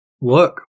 Look